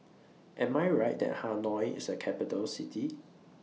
Am I Right that Hanoi IS A Capital City